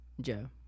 Joe